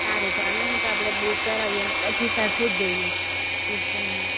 સારું ચાલોને તો આપણે બુક કરાવીએ ને પછી સાથે જ જઈએ વિલ્સન હિલ